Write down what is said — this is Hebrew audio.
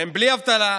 שהם בלי אבטלה,